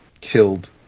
killed